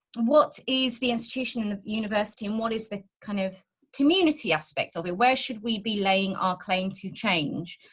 what is the institution in the university and what is the kind of community aspect of it? where should we be laying our claim to change?